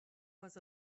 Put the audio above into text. was